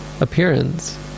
appearance